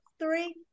three